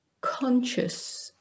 conscious